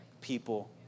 people